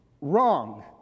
Wrong